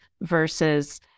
versus